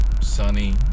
sunny